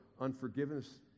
unforgiveness